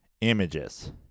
images